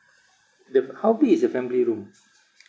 the f~ how big is the family room